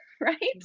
right